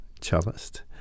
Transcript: cellist